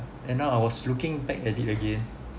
and now I was looking back at it again